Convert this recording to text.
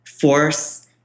force